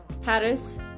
Paris